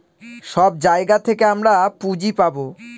সব জায়গা থেকে আমরা পুঁজি পাবো